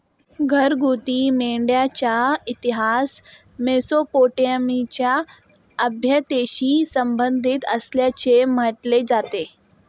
घरगुती मेंढ्यांचा इतिहास मेसोपोटेमियाच्या सभ्यतेशी संबंधित असल्याचे म्हटले जाते